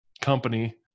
company